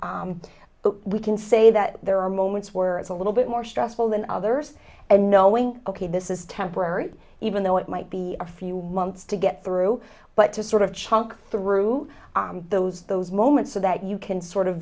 me but we can say that there are moments where it's a little bit more stressful than others and knowing ok this is temporary even though it might be a few months to get through but to sort of chunk through those those moments so that you can sort of